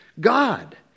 God